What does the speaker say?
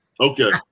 Okay